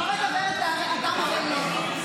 לא מדברת לערלת לב.